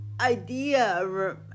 idea